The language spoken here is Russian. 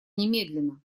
немедленно